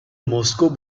moscow